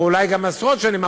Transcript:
אולי גם עשרות שנים,